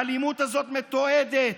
האלימות הזאת מתועדת.